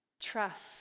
trust